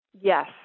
Yes